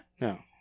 No